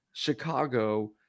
Chicago